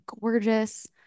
gorgeous